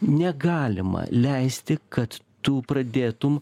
negalima leisti kad tu pradėtum